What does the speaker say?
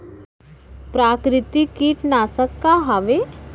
प्राकृतिक कीटनाशक का हवे?